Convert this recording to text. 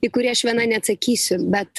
į kurį aš viena neatsakysiu bet